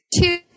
Two